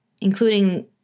including